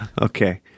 Okay